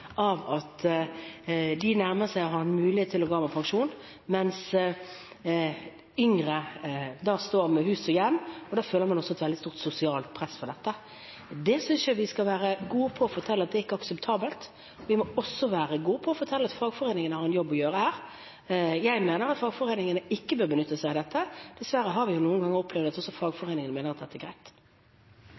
at de nærmer seg muligheten til å gå av med pensjon, mens yngre står med hus og hjem, og da føler man også et veldig stort sosialt press for dette. Det synes jeg vi skal være gode på å fortelle ikke er akseptabelt. Vi må også være gode på å fortelle at fagforeningene har en jobb å gjøre her. Jeg mener at fagforeningene ikke bør benytte seg av dette. Dessverre har vi noen ganger opplevd at også fagforeningene mener at dette er greit.